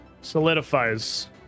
solidifies